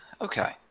Okay